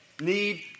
need